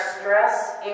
stress